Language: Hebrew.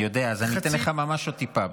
אני יודע, אז אני אתן לך ממש עוד טיפה.